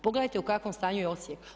Pogledajte u kakvom stanju je Osijek.